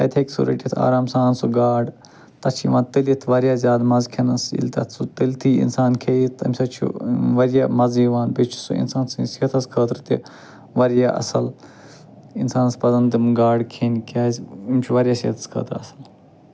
تتہِ ہیٚکہِ سُہ رٹِتھ آرام سان سُہ گاڈ تتھ چھُ یِوان تٔلِتھ واریاہ زیادٕ مزٕ کھٮ۪نس ییٚلہِ تتھ سُہ تٔلۍتھٕے انسان کھیٚیہِ تمہِ سۭتۍ چھُ واریاہ مزٕ یِوان بیٚیہِ چھُ سُہ انسان سٕنٛدِس صحتس خٲطرٕ تہِ واریاہ اصل انسانس پزن تِم گاڈٕ کھیٚنہِ کیٛازِ یِم چھِ واریاہ صحتس خٲطرٕ اصٕل